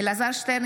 אלעזר שטרן,